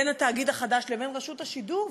בין התאגיד החדש לבין רשות השידור.